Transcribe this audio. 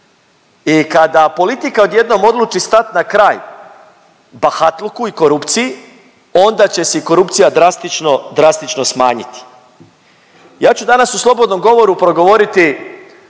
i kada politika odjednom odluči stat na kraj bahatluku i korupciju onda će se korupcija drastično, drastično smanjiti. Ja ću danas u slobodnom govoru progovoriti